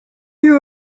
you